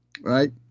right